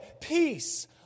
peace